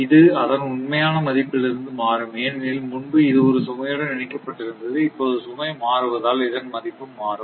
இது அதன் உண்மையான மதிப்பிலிருந்து மாறும் ஏனெனில் முன்பு இது ஒரு சுமையுடன் இணைக்கப்பட்டிருந்தது இப்போது சுமை மாறுவதால் இதன் மதிப்பும் மாறும்